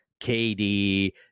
KD